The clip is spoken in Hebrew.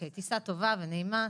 טיסה טובה ונעימה.